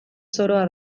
zoroa